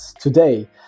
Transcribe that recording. today